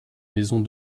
maisons